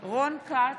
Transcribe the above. רון כץ,